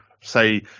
Say